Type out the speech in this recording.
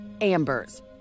Amber's